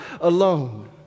alone